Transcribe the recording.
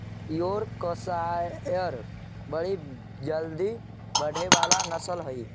Yorkshire बड़ी जल्दी बढ़े वाला नस्ल हई